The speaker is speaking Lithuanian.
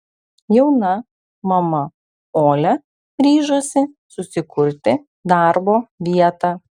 jauna mama olia ryžosi susikurti darbo vietą